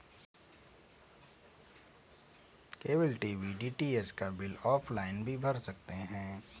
cable TV DTH का bill offline भी भर सकते हैं